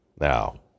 now